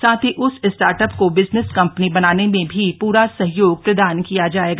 साथ ही उस स्टार्ट अप को बिजनेस कम्पनी बनाने में भी पूरा सहयोग प्रदान किया जायेगा